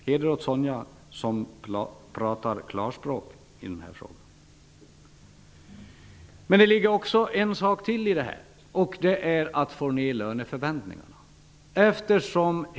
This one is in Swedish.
Heder åt Sonja Rembo som talar klarspråk! Det ligger en sak till i det här, och det är att få ned löneförväntningarna.